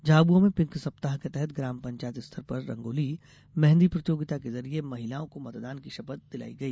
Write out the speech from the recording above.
झाबुआ में पिंक सप्ताह के तहत ग्राम पंचायत स्तर पर रंगोली मेहदी प्रतियोगिता के जरिये महिलाओं को मतदान की शपथ दिलाई गई